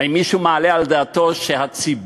האם מישהו מעלה על דעתו שהציבור